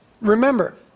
Remember